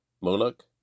Moloch